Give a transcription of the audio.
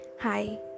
Hi